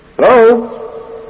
Hello